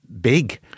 big